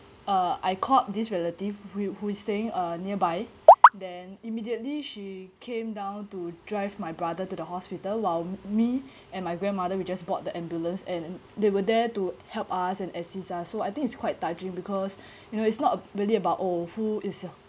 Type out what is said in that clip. uh I called this relative who who is staying uh nearby then immediately she came down to drive my brother to the hospital while me and my grandmother we just board the ambulance and they were there to help us and assist us so I think it's quite touching because you know it's not really about oh who is your